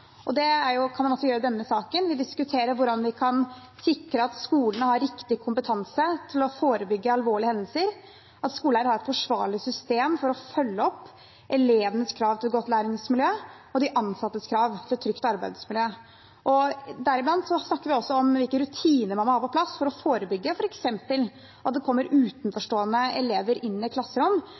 Det kan man også gjøre i denne saken. Vi diskuterer hvordan vi kan sikre at skolene har riktig kompetanse til å forebygge alvorlige hendelser, at skoleeier har et forsvarlig system for å følge opp elevenes krav til et godt læringsmiljø og de ansattes krav til et trygt arbeidsmiljø. Vi snakker også om hvilke rutiner man må ha på plass for å forebygge f.eks. at det kommer utenforstående elever inn i